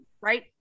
right